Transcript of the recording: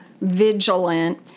vigilant